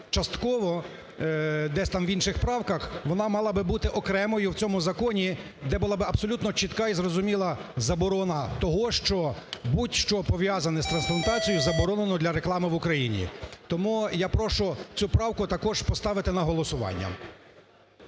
частково десь там в інших правках, вона мала б бути окремою в цьому законі, де була б абсолютно чітка і зрозуміла заборона того, що будь-що пов'язане з трансплантацією, заборонено для реклами в Україні. Тому я прошу цю правку також поставити на голосування.